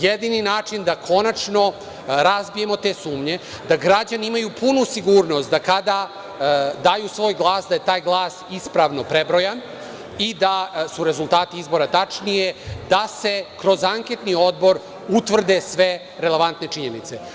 Jedini način da konačno razbijemo te sumnje, da građani imaju punu sigurnost da kada daju svoj glas, da je taj glas ispravno prebrojan i da su rezultati izbora, tačnije da se kroz anketni odbor utvrde sve relevantne činjenice.